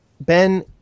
Ben